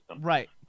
Right